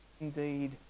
indeed